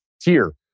tier